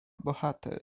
bohater